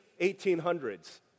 1800s